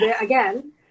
again